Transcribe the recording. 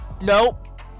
Nope